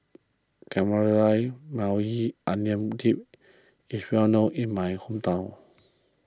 Maui Onion Dip is well known in my hometown